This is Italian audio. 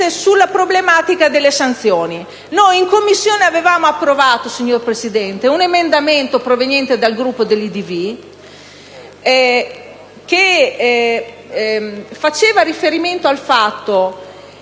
sulla problematica delle sanzioni. In Commissione avevamo approvato, signor Presidente, un emendamento proveniente dal Gruppo dell'IdV, che prevedeva che